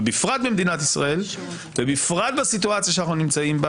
ובפרט במדינת ישראל ובפרט בסיטואציה שאנחנו נמצאים בה